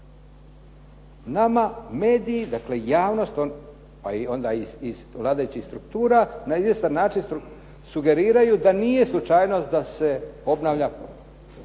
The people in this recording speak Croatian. Nama mediji, dakle javnost, pa onda iz vladajućih struktura na izvjestan način sugeriraju da nije slučajnost da se obnavlja